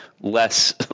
less